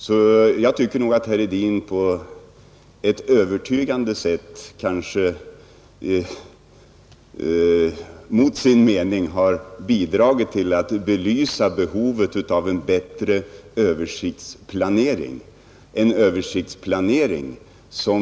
Enligt min mening har alltså herr Hedin på ett övertygande sätt bidragit till att belysa vad jag anser vara mest angeläget: en bättre översiktsplanering.